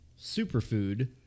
Superfood